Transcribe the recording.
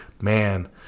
man